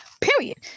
Period